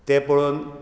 तें पळोवन